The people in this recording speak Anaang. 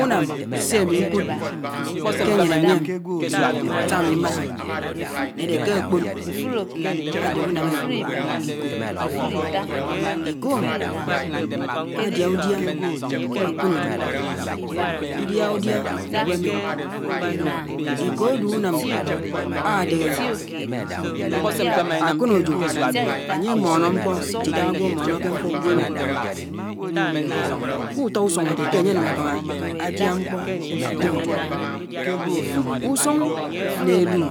Unám sé ami ñkud ke añyéñ ami sé ami mànà ne ade ke kpan ade unám ekode ikoh, ikoh adia udiá akọnejo, idaha udiá uñwomé. Ikoh ade unám Adele akọnejo anye amọnọ ñkpọ ntidaha agwọ amọmọké ñkpo uñwáme ke uto usuñg ade ke anye anuñg kama adia ñkpo akọnejo. Usung ñe elu